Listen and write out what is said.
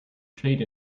trade